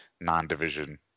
non-division